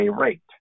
rate